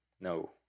No